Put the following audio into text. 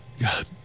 god